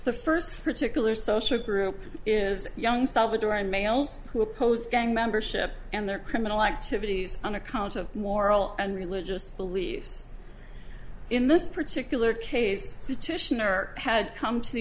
the first particular social group is young salvadoran males who oppose gang membership and their criminal activities on account of moral and religious beliefs in this particular case who titian or had come to the